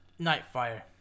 Nightfire